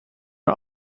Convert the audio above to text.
are